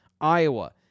Iowa